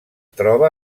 troba